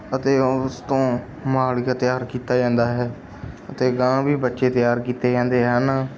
ਅਤੇ ਉਸ ਤੋਂ ਮਾਲੀਆ ਤਿਆਰ ਕੀਤਾ ਜਾਂਦਾ ਹੈ ਅਤੇ ਅਗਾਂਹ ਵੀ ਬੱਚੇ ਤਿਆਰ ਕੀਤੇ ਜਾਂਦੇ ਹਨ